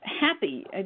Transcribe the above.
happy